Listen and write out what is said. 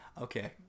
Okay